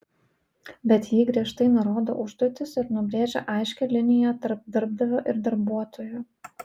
bet ji griežtai nurodo užduotis ir nubrėžia aiškią liniją tarp darbdavio ir darbuotojo